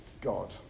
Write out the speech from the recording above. God